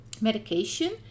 medication